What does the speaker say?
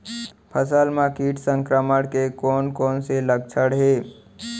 फसल म किट संक्रमण के कोन कोन से लक्षण हे?